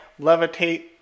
levitate